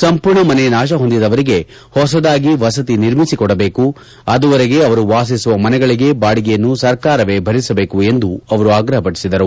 ಸಂಪೂರ್ಣ ಮನೆ ನಾಶ ಹೊಂದಿದವರಿಗೆ ಹೊಸದಾಗಿ ವಸತಿ ನಿರ್ಮಿಸಿ ಕೊಡಬೇಕು ಅದುವರೆಗೆ ಅವರು ವಾಸಿಸುವ ಮನೆಗಳಿಗೆ ಬಾಡಿಗೆಯನ್ನು ಸರ್ಕಾರವೇ ಭರಿಸಬೇಕು ಎಂದು ಅವರು ಆಗ್ರಹಪಡಿಸಿದರು